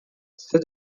ceux